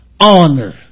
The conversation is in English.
Honor